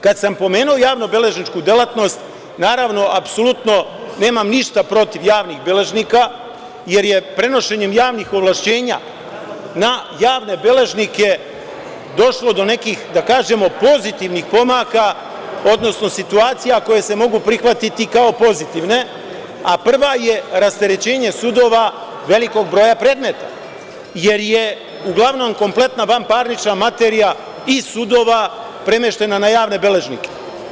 Kada sam pomenuo javnobležničku delatnost, naravno apsolutno nemam ništa protiv javnih beležnika, jer je prenošenjem javnih ovlašćenja na javne beležnike došlo do nekih, da kažemo pozitivnih pomaka, odnosno situacija koje se mogu prihvatiti kao pozitivne, a prva je rasterećenje sudova velikog broja predmeta, jer je uglavnom kompletna vanparnična materija i sudova premeštena na javne beležnike.